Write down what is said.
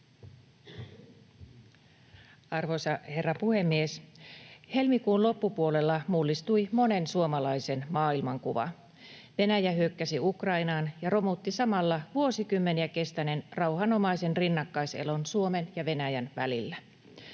Arvoisa herra puhemies! Helmikuun loppupuolella mullistui monen suomalaisen maailmankuva. Venäjä hyökkäsi Ukrainaan ja romutti samalla vuosikymmeniä kestäneen rauhanomaisen rinnakkaiselon Suomen ja Venäjän välillä.